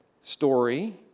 story